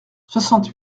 soixante